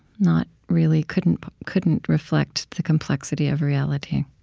not really couldn't couldn't reflect the complexity of reality